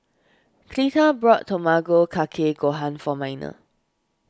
Cleta bought Tamago Kake Gohan for Miner